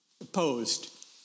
opposed